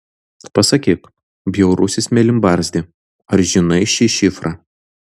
pasakyk bjaurusis mėlynbarzdi ar žinai šį šifrą